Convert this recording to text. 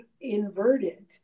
inverted